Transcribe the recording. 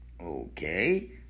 okay